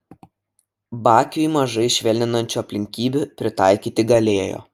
bakiui mažai švelninančių aplinkybių pritaikyti galėjo